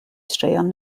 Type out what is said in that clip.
straeon